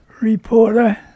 reporter